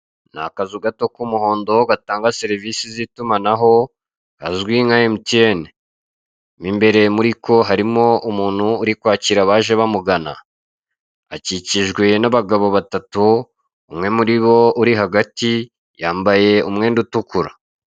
Ni akazu gato k'umuhondo gatanga serivisi z'itumanaho kazwi nka emutiyeni mu imbere muri ko harimo umuntu urikwakira abaje bamugana akikijwe n'abagabo batatu umwe muri bo uri hagati yambaye umwenda utukura.